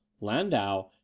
Landau